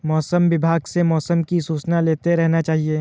मौसम विभाग से मौसम की सूचना लेते रहना चाहिये?